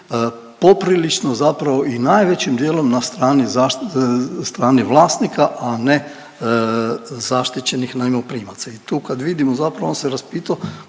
poprilično i najvećim dijelom na strani vlasnika, a ne zaštićenih najmoprimaca. I tu kad vidimo zapravo on se raspito